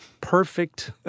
perfect